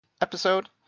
episode